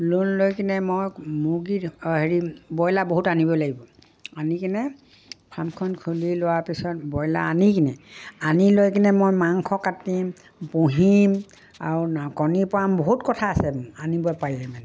loan লৈ কিনে মই মুৰ্গী হেৰি ব্ৰইলাৰ বহুত আনিব লাগিব আনি কিনে ফাৰ্মখন খুলি লোৱাৰ পিছত ব্ৰইলাৰ আনি কিনে আনি লৈ কিনে মই মাংস কাটিম পুহিম আৰু কণী পাম বহুত কথা আছে আনিব পাৰিলে মানে